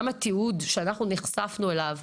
גם התיעוד שאנחנו נחשפנו אליו,